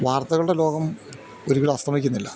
വാർത്തകളുടെ ലോകം ഒരിക്കലും അസ്തമിക്കുന്നില്ല